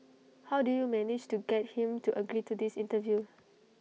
how did you manage to get him to agree to this interview